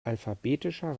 alphabetischer